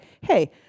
hey